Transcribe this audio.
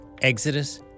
Exodus